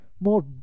More